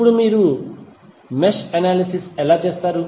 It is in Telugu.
ఇప్పుడు మీరు మెష్ అనాలసిస్ ఎలా చేస్తారు